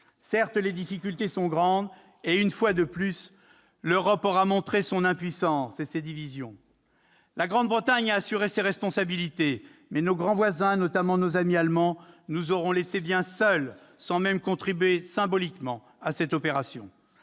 Certes, les difficultés sont grandes, et, une fois de plus, l'Europe aura montré son impuissance et ses divisions. La Grande-Bretagne a assumé ses responsabilités. Mais nos grands voisins nous auront laissés bien seuls, sans même contribuer symboliquement à cette opération.